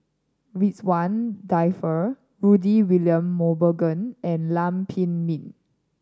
Ridzwan Dzafir Rudy William Mosbergen and Lam Pin Min